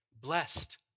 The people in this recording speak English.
Blessed